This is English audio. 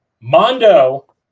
Mondo